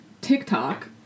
TikTok